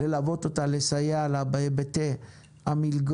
ללוות אותה, לסייע לה בהיבטי המלגות,